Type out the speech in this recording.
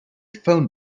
phone